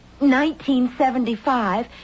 1975